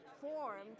formed